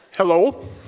Hello